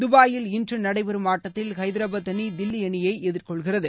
துபாயில் இன்றுநடைபெறும் ஆட்டத்தில் ஐதராபாத் அணிதில்லிஅணியைஎதிர்கொள்கிறது